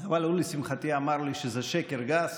אבל לשמחתי הוא אמר שזה שקר גס